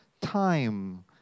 time